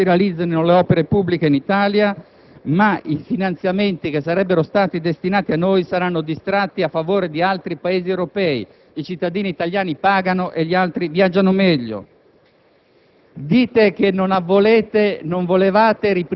questo modo permettete che non solo non si realizzino le opere pubbliche in Italia, ma che i finanziamenti che sarebbero stati destinati a noi saranno distratti a favore di altri Paesi europei. I cittadini italiani pagano e gli altri viaggiano meglio.